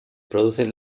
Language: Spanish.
producen